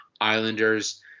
islanders